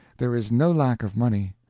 there is no lack of money.